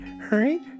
hurry